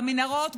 במנהרות,